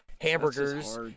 hamburgers